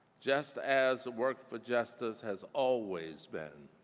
just as work for justice has always been.